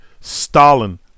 Stalin